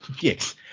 Yes